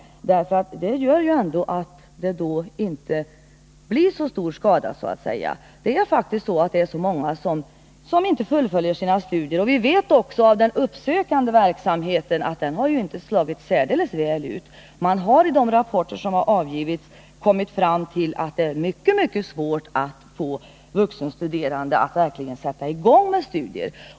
Det gör ju att det inte blir så stor skada om vi gör vissa förändringar. Det är faktiskt väldigt många som inte fullföljer sina studier. Vi vet också att den uppsökande verksamheten inte slagit särdeles väl ut. De rapporter som har avgivits visar att det är mycket svårt att få vuxna människor att verkligen sätta i gång med studier.